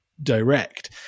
direct